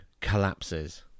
collapses